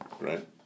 right